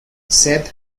seth